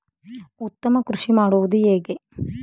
ಉತ್ತಮ ಕೃಷಿ ಮಾಡುವುದು ಹೇಗೆ?